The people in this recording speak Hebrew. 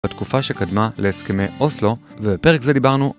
בתקופה שקדמה להסכמי אוסלו, ובפרק זה דיברנו